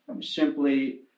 simply